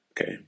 Okay